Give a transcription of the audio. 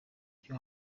cyo